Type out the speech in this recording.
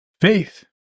faith